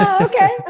Okay